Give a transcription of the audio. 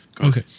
Okay